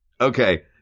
Okay